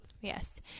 yes